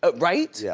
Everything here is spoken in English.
ah right? yeah